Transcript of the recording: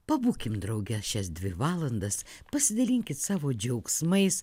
pabūkim drauge šias dvi valandas pasidalinkit savo džiaugsmais